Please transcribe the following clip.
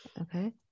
Okay